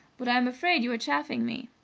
but i am afraid you are chaffing me.